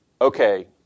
okay